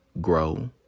grow